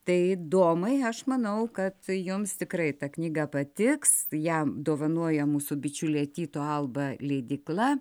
tai domai aš manau kad jums tikrai ta knyga patiks ją dovanoja mūsų bičiulė tyto alba leidykla